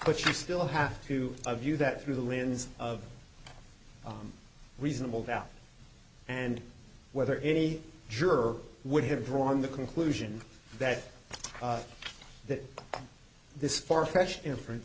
but you still have to a view that through the lens of reasonable doubt and whether any juror would have drawn the conclusion that that this far fetched inference